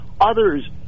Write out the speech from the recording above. others